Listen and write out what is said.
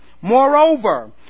Moreover